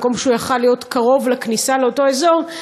במקום שיכול להיות קרוב לכניסה לאותו אזור.